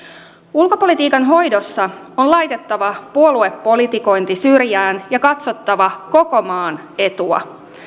ulkopolitiikan hoidossa on laitettava puoluepolitikointi syrjään ja katsottava koko maan etua